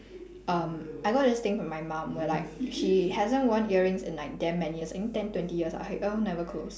um I got this thing from my mum where like she hasn't worn earrings in like damn many years I think ten twenty years ah until now never close